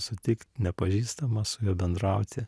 sutikt nepažįstamą su juo bendrauti